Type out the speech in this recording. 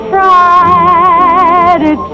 Friday